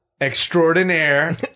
extraordinaire